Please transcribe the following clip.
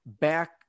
back